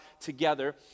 together